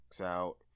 out